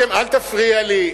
אל תפריע לי.